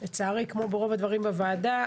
ולצערי כמו ברוב הדברים בוועדה,